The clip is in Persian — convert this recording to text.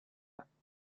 دانشپژوه